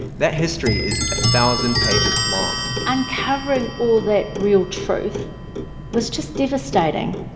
that history is a thousand pages long and covering all that real truth was just devastating